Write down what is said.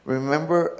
Remember